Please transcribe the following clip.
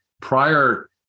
Prior